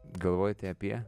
galvojate apie